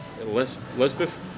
Lisbeth